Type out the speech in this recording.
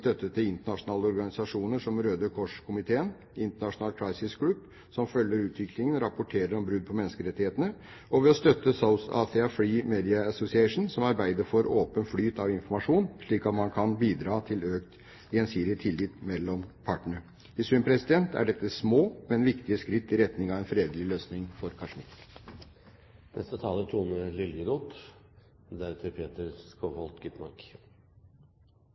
støtte til internasjonale organisasjoner som Røde Kors-komiteen og International Crisis Group, som følger utviklingen og rapporterer om brudd på menneskerettighetene, og ved å støtte South Asia Free Media Association, som arbeider for åpen flyt av informasjon, slik at man kan bidra til økt gjensidig tillit mellom partene. I sum er dette små, men viktige skritt i riktig retning av en fredelig løsning for